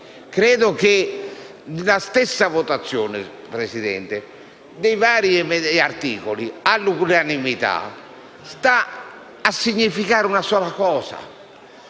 Credo che la votazione dei vari articoli all'unanimità stia a significare una sola cosa: